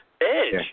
Edge